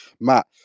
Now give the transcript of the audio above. Matt